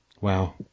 Wow